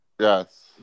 Yes